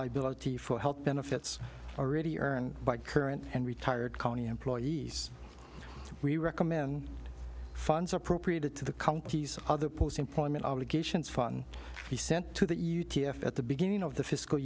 liability for health benefits already earned by current and retired county employees we recommend funds appropriated to the company's other post employment obligations fun be sent to the e u t f at the beginning of the fiscal